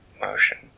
motion